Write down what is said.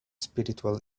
spiritual